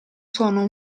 sono